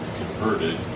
converted